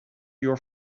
your